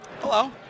Hello